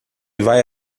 vai